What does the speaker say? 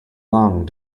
long